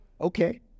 Okay